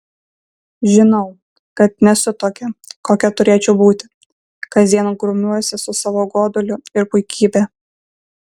žinau kad nesu tokia kokia turėčiau būti kasdien grumiuosi su savo goduliu ir puikybe